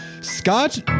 Scott